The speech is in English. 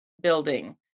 building